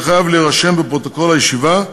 יהיה חייב להירשם בפרוטוקול הישיבה,